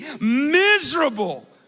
miserable